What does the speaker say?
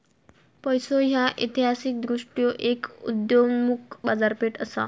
पैसो ह्या ऐतिहासिकदृष्ट्यो एक उदयोन्मुख बाजारपेठ असा